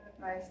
Nice